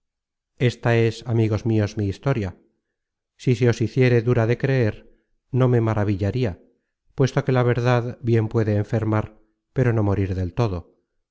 esta es amigos mios mi historia si se os hiciere dura de creer no me maravillaria puesto que la verdad bien puede enfermar pero no morir del todo